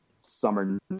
summer